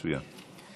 מצוין.